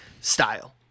style